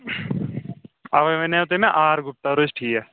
اَوے ؤنیٛاو مےٚ تۄہہِ آر گُپتا روزِ ٹھیٖک